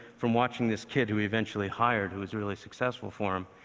from watching this kid who he eventually hired, who was really successful for him,